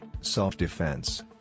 self-defense